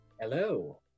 Hello